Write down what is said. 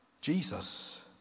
Jesus